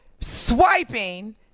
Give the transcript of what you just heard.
swiping